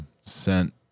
sent